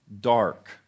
dark